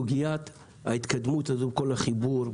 סוגיית ההתקדמות, החיבור,